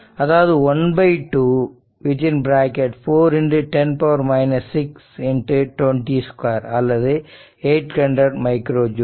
அதாவது ½ 410 6 202 அல்லது 800 மைக்ரோ ஜூல்